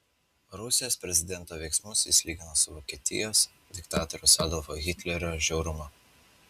rusijos prezidento veiksmus jis lygino su vokietijos diktatoriaus adolfo hitlerio žiaurumu